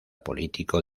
político